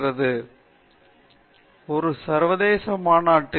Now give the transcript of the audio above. எங்கள் சக குழு கேட்க வேண்டும் என்று ஏதாவது சொல்ல வேண்டும் அது மிகவும் முக்கியம்